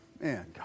man